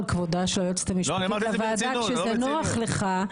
כבודה של היועצת המשפטית לוועדה כשזה נוח לך.